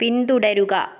പിന്തുടരുക